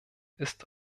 ist